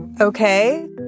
Okay